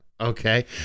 Okay